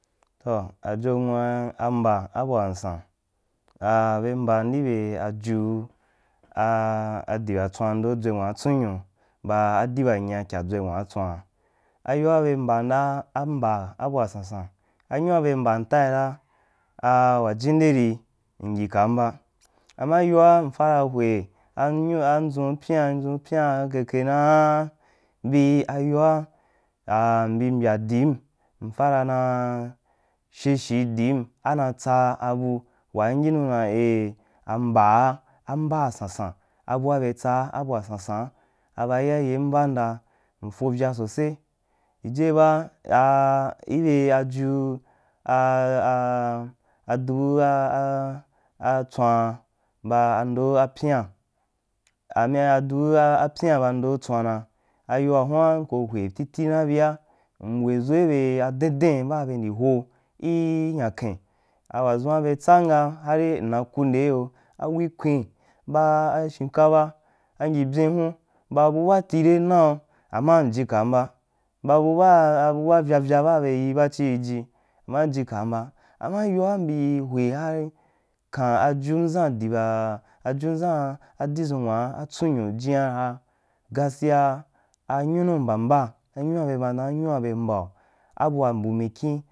Toh wa jonwua amba abua sansan, ba mban ndi be aju a diba tswan ndo dʒwenwa tsunyu ba adibenya kyadʒure nwa tswan ayoa be mbam da ambaa bua sansan, anyuabe mban faira we jen deri m jikan ba nma yoa m fa ra hwe a nyu andgun apyian endʒu pyian akeke naa bi ayoa m bil mbya dimena sheshi dim e na tsabu waa m yinu dan eh amba a mbaa sansan, e bua be tsaa abua sansan a ba iyayem mbanda m fovya sose, jijiye ba a a ibe aju a a a chubu a da tswan baando pyian an de abudu pyian bu ndo tswana, eyoa hwan n ko hwe titi bia m weʒoi be den den bao be ndi ho ii nyaken wadʒua be tsami ga han mna ku nde iyo a wiknwin ba shakapa a ngyibiyin hun ba bu baatire nau, ama m ji kam ba ba buba abu ba buba vya vya baa be yi bachi iji ana m jikan ba ama yoa mbi hwe hal kam ajum ʒam jibaaa ajum ʒan adiʒun nwa tsunyu jina har gaskiya ampunu mbamba anyua be ma dan amyua be mbau a bua mbu mikyin.